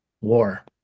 war